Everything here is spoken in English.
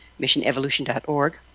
missionevolution.org